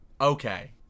Okay